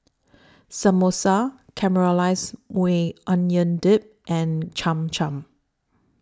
Samosa Caramelized Maui Onion Dip and Cham Cham